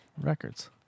Records